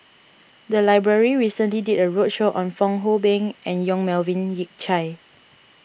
the library recently did a roadshow on Fong Hoe Beng and Yong Melvin Yik Chye